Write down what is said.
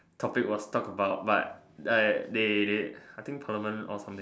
topic was talked about but I they they I think Herman or something